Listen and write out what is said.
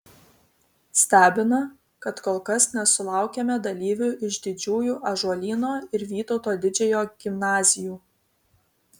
stebina kad kol kas nesulaukėme dalyvių iš didžiųjų ąžuolyno ir vytauto didžiojo gimnazijų